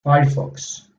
firefox